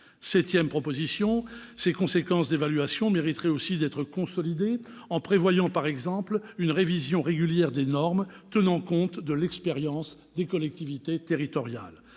Septième proposition : ses compétences d'évaluation mériteraient d'être consolidées, par exemple la mise en place d'une révision régulière des normes tenant compte de l'expérience des collectivités territoriales.